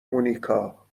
مونیکا